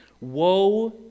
Woe